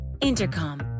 Intercom